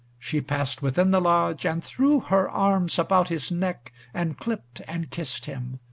she passed within the lodge, and threw her arms about his neck, and clipped and kissed him.